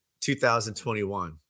2021